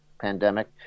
pandemic